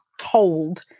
told